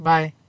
Bye